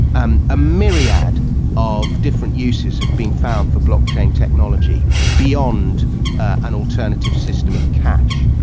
and a myriad of different uses have been found for blockchain technology beyond an alternative system of cash.